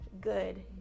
good